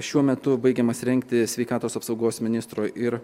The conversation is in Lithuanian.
šiuo metu baigiamas rengti sveikatos apsaugos ministro ir